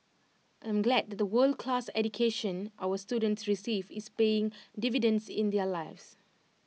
I am glad that the world class education our students receive is paying dividends in their lives